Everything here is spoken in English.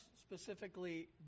specifically